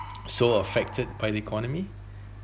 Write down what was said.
so affected by the economy